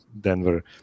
Denver